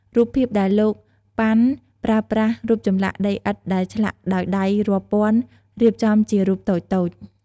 រូបភាពដែល លោក ប៉ាន់ ប្រើប្រាស់ រូបចម្លាក់ដីឥដ្ឋដែលឆ្លាក់ដោយដៃរាប់ពាន់ រៀបចំជារូបតូចៗ ។